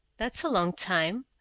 that's a long time.